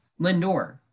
Lindor